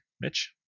Mitch